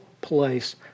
place